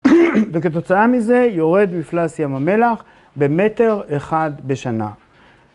וכתוצאה מזה יורד מפלס ים המלח במטר אחד בשנה.